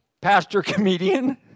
Pastor-comedian